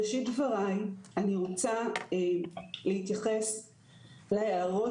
בראשית דבריי אני רוצה להתייחס להערות